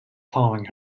following